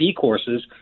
courses